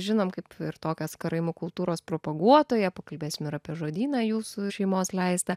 žinom kaip ir tokias karaimų kultūros propaguotoją pakalbėsim ir apie žodyną jūsų šeimos leistą